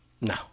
No